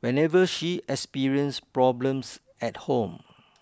whenever she experience problems at home